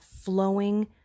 flowing